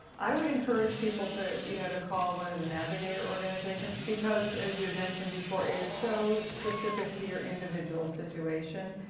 i would encourage people to you know to call one of the navigator organizations. because, as you mentioned before, it is so specific to your individual situation.